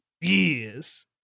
Yes